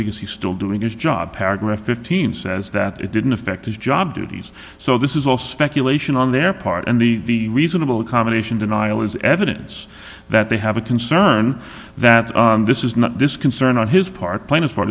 because he's still doing his job paragraph fifteen says that it didn't affect his job duties so this is all speculation on their part and the reasonable accommodation denial is evidence that they have a concern that this is not this concern on his part play as par